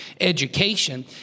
education